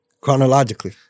Chronologically